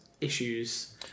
issues